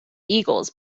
eagles